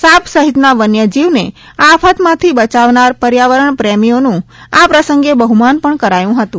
સાપ સહિતના વન્યજીવને આફતમાંથી બચાવનાર પર્યાવરણપ્રેમીઓનું આ પ્રસંગે બહુમાન પણ કરાયું હતું